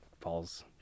falls